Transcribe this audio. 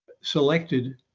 selected